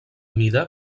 mida